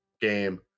game